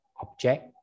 object